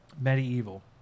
Medieval